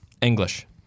English